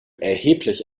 erheblich